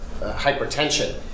hypertension